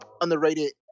underrated